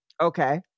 Okay